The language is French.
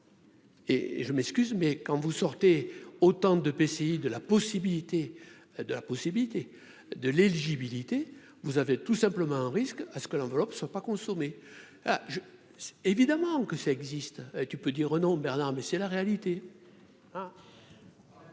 et je m'excuse mais quand vous sortez, autant de PCI de la possibilité de la possibilité de l'éligibilité, vous avez tout simplement un risque à ce que l'enveloppe soit pas consommer ah je évidemment que ça existe, tu peux dire Renaud Bernard, mais c'est la réalité.